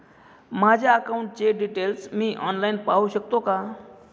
माझ्या अकाउंटचे डिटेल्स मी ऑनलाईन पाहू शकतो का?